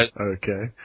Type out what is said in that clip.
Okay